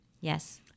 Yes